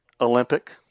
Olympic